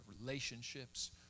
relationships